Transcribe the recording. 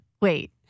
Wait